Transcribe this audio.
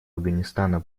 афганистана